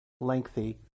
lengthy